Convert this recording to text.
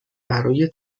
برای